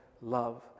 love